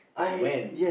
when